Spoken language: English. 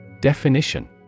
Definition